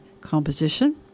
composition